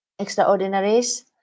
Extraordinaries